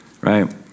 right